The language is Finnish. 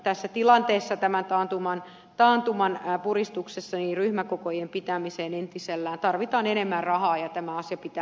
tässä tilanteessa tämän taantuman puristuksessa ryhmäkokojen pitämiseen entisellään tarvitaan enemmän rahaa ja tämä asia pitää lailla säätää